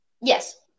Yes